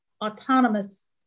autonomous